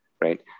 right